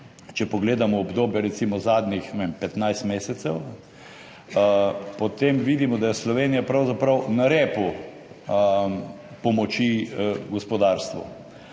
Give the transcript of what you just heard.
če pogledamo obdobje recimo zadnjih 15 mesecev, potem vidimo, da je Slovenija pravzaprav na repu pomoči gospodarstvu,